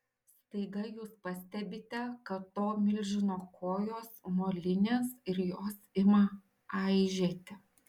staiga jūs pastebite kad to milžino kojos molinės ir jos ima aižėti